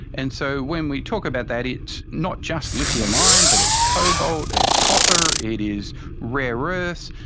and so when we talk about that it's not just lithium iron but it's cobalt, it's copper, it is rare earth,